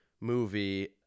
movie